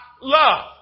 love